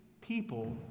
people